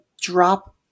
drop